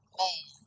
man